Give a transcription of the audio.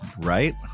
right